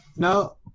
No